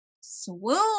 swoon